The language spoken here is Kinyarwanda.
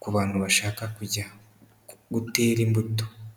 ku bantu bashaka kujya gutera imbuto.